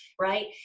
right